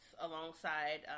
alongside